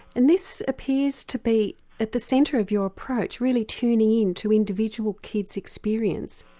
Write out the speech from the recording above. and this appears to be at the centre of your approach, really tuning in to individual kids' experience.